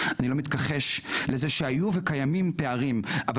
אז אני לא מוכן לקנות שום הבטחה ממי שרקם בריתות עם האנשים האלה,